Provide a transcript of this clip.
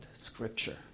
Scripture